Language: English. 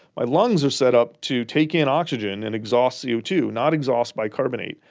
my lungs are set up to take in oxygen and exhaust c o two, not exhaust bicarbonate.